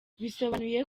bisobanuye